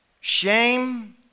Shame